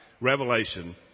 revelation